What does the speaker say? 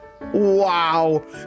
Wow